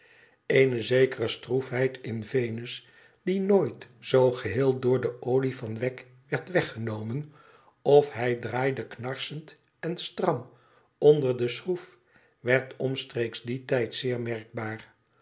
eene zekere stroefheid in vennus die nooit zoo geheel door de olie van wegg werd weggenomen of hij draaide knarsend en stram onder de schroef werd omstreeks dien tijd zeer merkbaar